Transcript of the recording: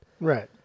right